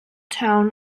town